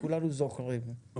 כולנו זוכרים,